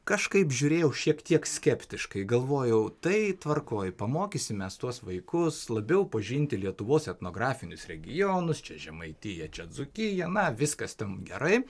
kažkaip žiūrėjau šiek tiek skeptiškai galvojau tai tvarkoj pamokysim mes tuos vaikus labiau pažinti lietuvos etnografinius regionus čia žemaitija čia dzūkija na viskas ten gerai